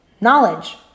knowledge